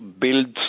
builds